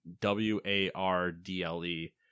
W-A-R-D-L-E